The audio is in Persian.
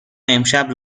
امشب